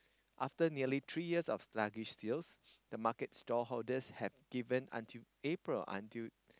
after nearly three year of sluggish sales the market stall holders have given until April until